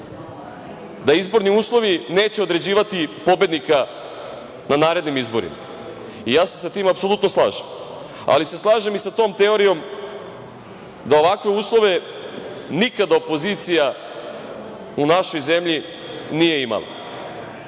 da izborni uslovi neće određivati pobednika u narednim izborima. Ja se sa tim apsolutno slažem, ali se slažem i sa tom teorijom da ovakve uslove nikada opozicija u našoj zemlji nije imala.